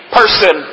person